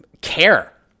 care